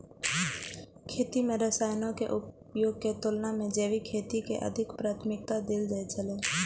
खेती में रसायनों के उपयोग के तुलना में जैविक खेती के अधिक प्राथमिकता देल जाय छला